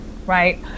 right